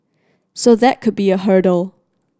so that could be a hurdle